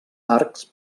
arcs